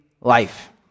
life